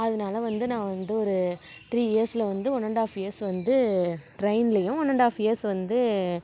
அதனால வந்து நான் வந்து ஒரு த்ரீ இயர்ஸில் வந்து ஒன் அண்ட் ஆஃப் இயர்ஸ் வந்து ட்ரெயின்லேயும் ஒன் அண்ட் ஆஃப் இயர்ஸ் வந்து